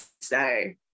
say